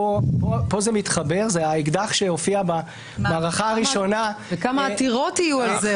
האקדח שהופיע במערכה הראשונה -- וכמה עתירות יהיו על זה.